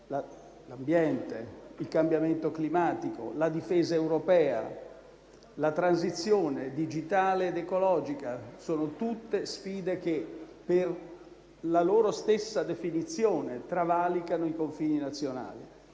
l'ambiente, il cambiamento climatico, la difesa europea, la transizione digitale ed ecologica: sono tutte sfide che, per loro stessa definizione, travalicano i confini nazionali.